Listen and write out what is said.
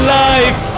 life